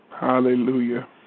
Hallelujah